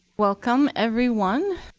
welcome, everyone.